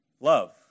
Love